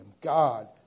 God